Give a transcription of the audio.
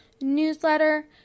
newsletter